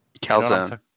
Calzone